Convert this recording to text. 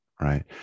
right